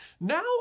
now